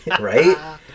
right